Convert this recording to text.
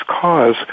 cause